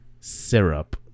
syrup